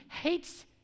hates